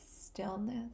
stillness